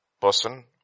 person